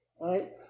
right